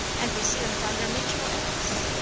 and we soon found our mutual interests,